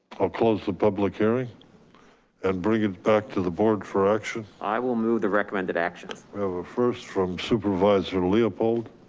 i'll close the public hearing and bring it back to the board for action. i will move the recommended actions. we have a first from supervisor leopold.